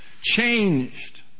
Changed